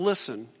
Listen